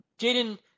Jaden